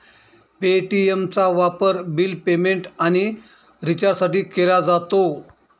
पे.टी.एमचा वापर bill payment आणि रिचार्जसाठी केला जातो